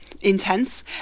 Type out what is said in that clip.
intense